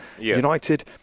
United